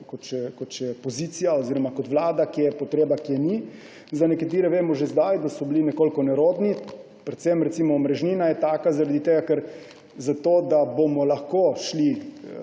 kot pozicija oziroma kot vlada, kje je potreba, kje ni. Za nekatere vemo že zdaj, da so bili nekoliko nerodni. Recimo omrežnina je taka, zaradi tega ker za to, da bomo lahko šli,